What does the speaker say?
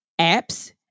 apps